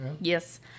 Yes